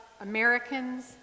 Americans